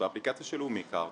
באפליקציה של לאומי קארד,